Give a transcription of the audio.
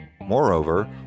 Moreover